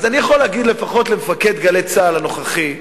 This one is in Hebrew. אז אני יכול להגיד לפחות למפקד "גלי צה"ל" הנוכחי,